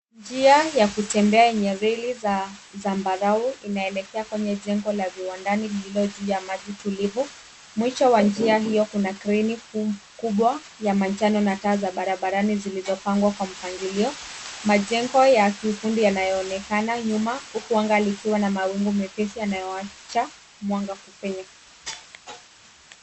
Njia ya kutembea yenye reli za zambarau inaelekea kwenye jengo la viwandani lililo juu ya maji tulivu mwisho wa njia hiyo kuna kreni kubwa ya manjano na taa za barabarani zilizo pangwa kwa mpangilio majengo ya kikundi yanayo onekana nyuma huku anga likiwa na mawingu mepesi yanayo wacha mwanga kupenya.